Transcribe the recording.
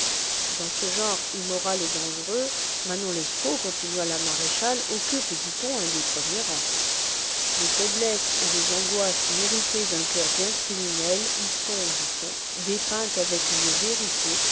dans ce genre immoral et dangereux manon lescaut continua la maréchale occupe dit-on un des premiers rangs les faiblesses et les angoisses méritées d'un coeur bien criminel y sont dit-on dépeintes avec une vérité